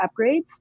upgrades